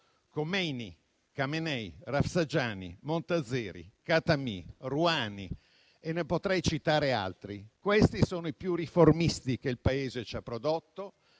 Khomeyni, Khamenei, Rafsanjani, Montazeri, Khatami, Rouhani e ne potrei citare altri. Tra questi ci sono i più riformisti che il Paese abbia prodotto,